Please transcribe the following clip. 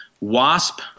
Wasp